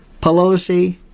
Pelosi